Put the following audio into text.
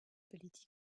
politiques